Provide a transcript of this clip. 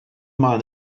mind